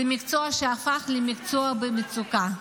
זה מקצוע שהפך למקצוע במצוקה,